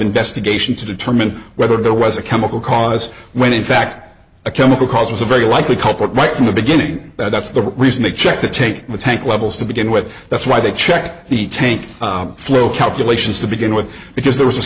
investigation to determine whether there was a chemical cause when in fact a chemical cause was a very likely culprit right from the beginning that's the reason they check to take the tank levels to begin with that's why they check the tank flow calculations to begin with because there was a